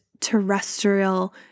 terrestrial